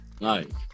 Nice